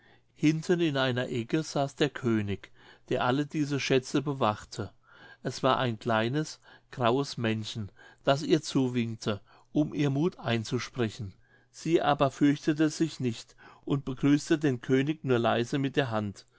hinten in einer ecke saß der könig der alle diese schätze bewachte es war ein kleines graues männchen das ihr zuwinkte um ihr muth einzusprechen sie aber fürchtete sich nicht und begrüßte den könig nur leise mit der hand